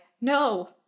no